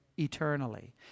eternally